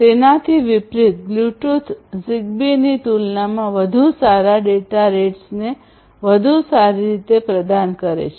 તેનાથી વિપરીત બ્લૂટૂથ ઝિગબીની તુલનામાં વધુ સારા ડેટા રેટ્સને વધુ સારી રીતે પ્રદાન કરે છે